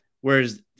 whereas